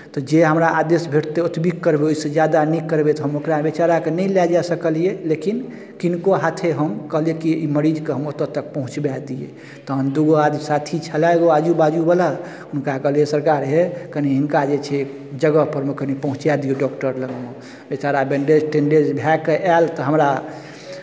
तऽ जे हमरा आदेश भेटतै ओतबी करबै ओहिसँ ज्यादा नहि करबै तऽ हम ओकरा बेचाराके नहि लए जा सकलियै लेकिन किनको हाथे हम कहलियै कि ई मरीजकेँ हम ओतय तक पहुँचबा दियै तहन दू गो आर साथी छलै एगो आजू बाजूवला हुनका कहलियै सरकार हे कनी हिनका जे छै जगहपर मे कनी पहुँचा दियौ डॉक्टर लगमे बेचारा बैंडेज तैंडेज धए कऽ आयल तऽ हमरा